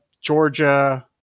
Georgia